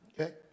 Okay